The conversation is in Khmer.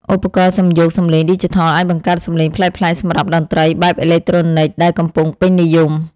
ឧបករណ៍សំយោគសំឡេងឌីជីថលអាចបង្កើតសំឡេងប្លែកៗសម្រាប់តន្ត្រីបែបអេឡិចត្រូនិកដែលកំពុងពេញនិយម។